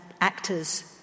actors